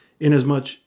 inasmuch